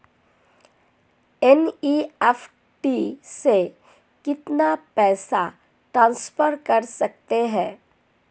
NEFT से कितना पैसा ट्रांसफर कर सकते हैं?